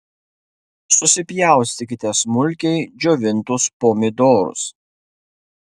susipjaustykite smulkiai džiovintus pomidorus